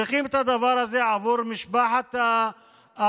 צריכים את הדבר הזה עבור משפחת המת,